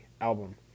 album